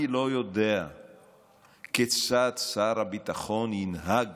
אני לא יודע כיצד שר הביטחון ינהג